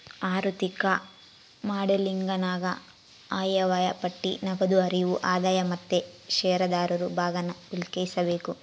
ಆಋಥಿಕ ಮಾಡೆಲಿಂಗನಾಗ ಆಯವ್ಯಯ ಪಟ್ಟಿ, ನಗದು ಹರಿವು, ಆದಾಯ ಮತ್ತೆ ಷೇರುದಾರರು ಭಾಗಾನ ಉಲ್ಲೇಖಿಸಬೇಕು